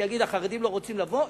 ויגיד: החרדים לא רוצים לבוא,